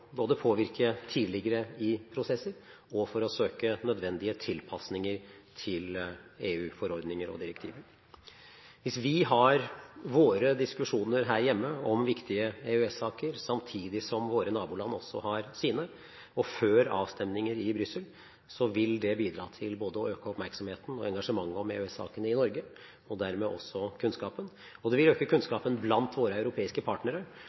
påvirke tidligere i prosesser og for å søke nødvendige tilpasninger til EU-forordninger og EU-direktiver. Hvis vi har våre diskusjoner her hjemme om viktige EØS-saker samtidig som våre naboland også har sine, og før avstemninger i Brussel, vil det bidra til å øke både oppmerksomhet og engasjement om EØS-sakene i Norge, og dermed også kunnskapen. I tillegg vil det øke kunnskapen blant våre europeiske partnere